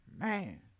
Man